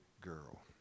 girl